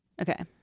okay